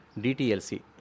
DTLC